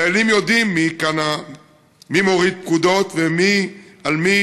החיילים יודעים מי מוריד פקודות על מי